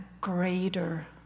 greater